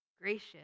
gracious